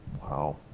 Wow